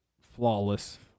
flawless